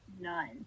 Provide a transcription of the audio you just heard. none